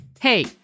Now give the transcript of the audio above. Hey